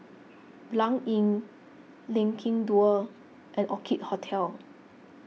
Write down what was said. Blanc Inn Lengkong Dua and Orchid Hotel